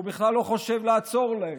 הוא בכלל לא חושב לעצור להם.